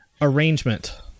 arrangement